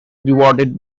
rewarded